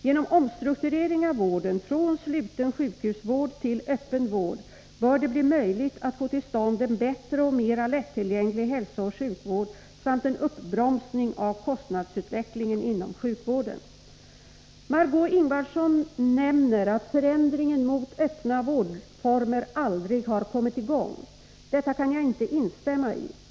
Genom omstrukturering av vården från sluten sjukhusvård till öppen vård bör det bli möjligt att få till stånd en bättre och mera lättillgänglig hälsooch sjukvård samt en uppbromsning av kostnadsutvecklingen inom sjukvården. Detta kan jag inte instämma i.